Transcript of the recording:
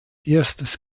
erstes